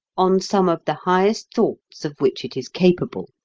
on some of the highest thoughts of which it is capable.